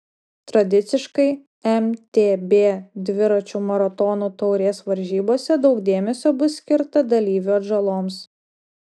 tradiciškai mtb dviračių maratonų taurės varžybose daug dėmesio bus skirta dalyvių atžaloms